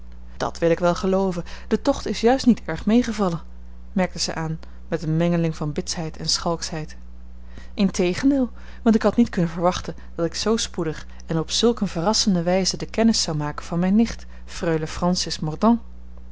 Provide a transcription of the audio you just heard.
dat wil ik wel gelooven de tocht is juist niet erg meegevallen merkte zij aan met eene mengeling van bitsheid en schalksheid integendeel want ik had niet kunnen verwachten dat ik zoo spoedig en op zulk eene verrassende wijze de kennis zou maken van mijne nicht freule francis